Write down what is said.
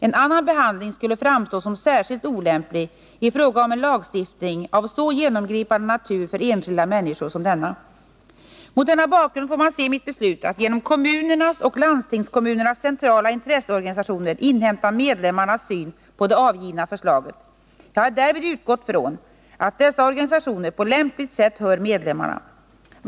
En annan behandling skulle framstå som särskilt olämplig i fråga om en lagstiftning av så genomgripande natur för enskilda människor som denna. Mot denna bakgrund får man se mitt beslut att genom kommunernas och landstingskommunernas centrala intresseorganisationer inhämta medlemmarnas syn på det avgivna förslaget. Jag har därvid utgått ifrån att dessa organisationer på lämpligt sätt hör medlemmarna.